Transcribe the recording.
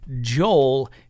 Joel